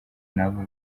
n’abo